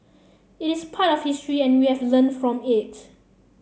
it is part of history and we have learned from it